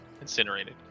Incinerated